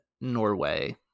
Norway